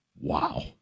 Wow